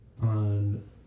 on